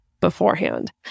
beforehand